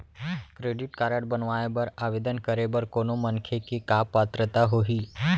Credit card बनवाए बर आवेदन करे बर कोनो मनखे के का पात्रता होही?